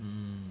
hmm